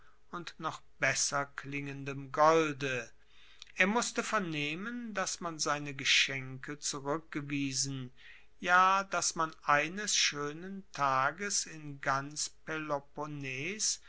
und noch besser klingendem golde er musste vernehmen dass man seine geschenke zurueckgewiesen ja dass man eines schoenen tages im ganzen peloponnes